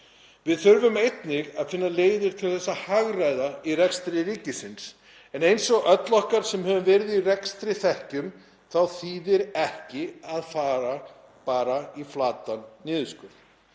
Við þurfum einnig að finna leiðir til að hagræða í rekstri ríkisins en eins og öll okkar sem höfum verið í rekstri þekkjum þá þýðir ekki að fara bara í flatan niðurskurð.